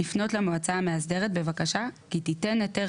לפנות למועצה המאסדרת בבקשה כי תיתן היתר